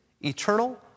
eternal